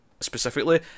specifically